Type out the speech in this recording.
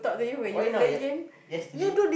why not yes~ yesterday